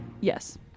Yes